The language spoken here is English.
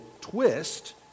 twist